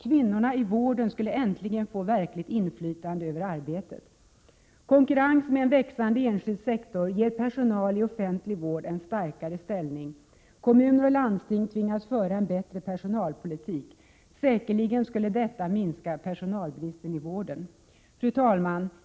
Kvinnorna i vården skulle äntligen få verkligt inflytande över arbetet. Konkurrens med en växande enskild sektor ger personalen i offentlig vård en starkare ställning. Kommuner och landsting tvingas föra en bättre personalpolitik. Säkerligen skulle detta minska personalbristen i vården. Fru talman!